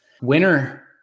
Winner